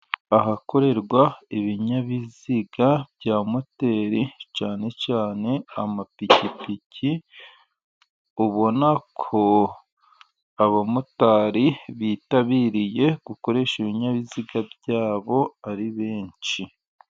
Ahakorerwa ibinyabiziga bya moteri, cyane cyane amapikipiki, ubona ko abamotari bitabiriye gukoresha ibinyabiziga byabo, ari benshi.